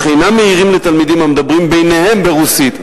אך אינם מעירים לתלמידים המדברים ביניהם ברוסית".